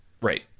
right